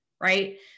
right